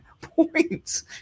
points